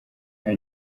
nta